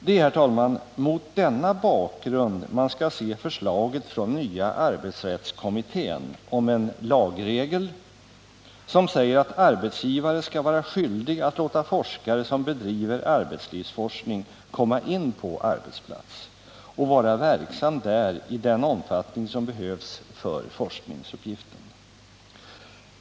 Det är, herr talman, mot denna bakgrund man skall se förslaget från nya arbetsrättskommittén om en lagregel, som säger att arbetsgivare skall vara skyldig att låta forskare som bedriver arbetslivsforskning komma in på arbetsplats och vara verksam där i den omfattning som behövs för forskningsuppgiften.